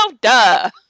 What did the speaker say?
duh